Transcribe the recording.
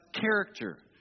character